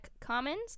Commons